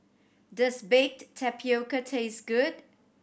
does baked tapioca taste good